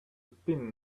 pin